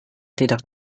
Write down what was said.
tidak